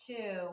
Two